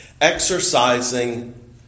exercising